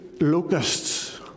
Locusts